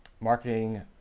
marketing